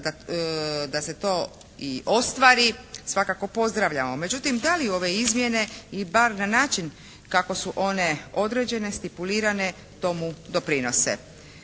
da se to i ostvari svakako pozdravljamo. Međutim, da li ove izmjene i bar na način kako su one određene, stipulirane tomu doprinose.